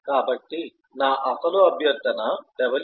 కాబట్టి నా అసలు అభ్యర్థన www